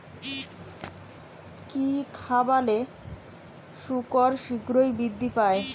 কি খাবালে শুকর শিঘ্রই বৃদ্ধি পায়?